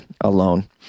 alone